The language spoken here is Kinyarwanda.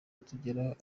atugeraho